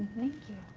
thank you.